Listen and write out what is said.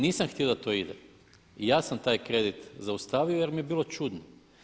Nisam htio da to ide i ja sam taj kredit zaustavio jer mi je bilo čudno.